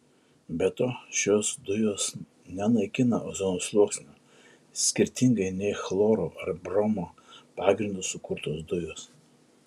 be to šios dujos nenaikina ozono sluoksnio skirtingai nei chloro ar bromo pagrindu sukurtos dujos